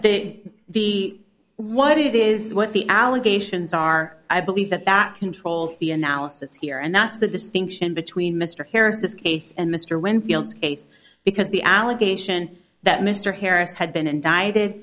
the the what it is what the allegations are i believe that that controls the analysis here and that's the distinction between mr harris this case and mr winfield's case because the allegation that mr harris had been indicted